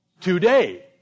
today